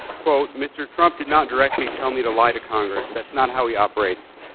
quote, mr. trump did not directly tell me to lie to congress. that's not how he operates,